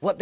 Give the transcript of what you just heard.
what